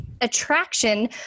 attraction